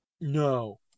No